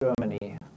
Germany